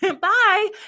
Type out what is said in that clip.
bye